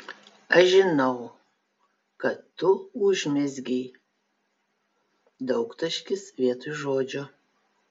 aš žinau kad tu užmezgei daugtaškis vietoj žodžio